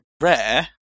rare